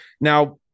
Now